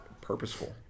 purposeful